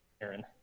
Aaron